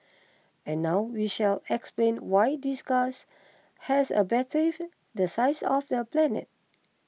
and now we shall explain why this guys has a battery the size of a planet